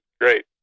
Great